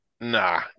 Nah